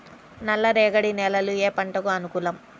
నల్ల రేగడి నేలలు ఏ పంటకు అనుకూలం?